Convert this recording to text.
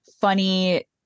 funny